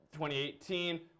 2018